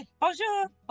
Bonjour